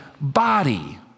body